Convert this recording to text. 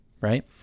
right